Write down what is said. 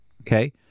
Okay